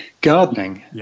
Gardening